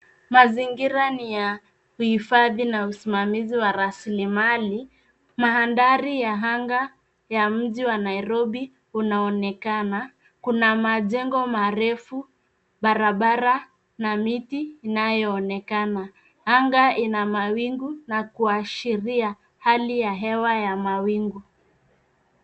Mazingira ni ya uhifadhi na usimamizi wa rasli mali. Mandhari ya anga ya mji wa Nairobi unaonekana. Kuna majengo marefu, barabara na miti inayoonekana. Anga ina mawingu na kuashiria hali ya hewa ya mawingu.